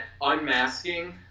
unmasking